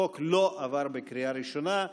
החוק לא עבר בקריאה ראשונה.